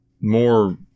more